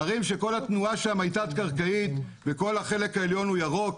ערים שכל התנועה שם היא תת קרקעית וכל החלק העליון הוא ירוק,